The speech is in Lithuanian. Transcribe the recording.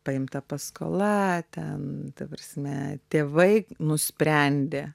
paimta paskola ten ta prasme tėvai nusprendė